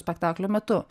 spektaklio metu